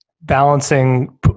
balancing